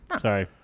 Sorry